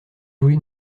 voulu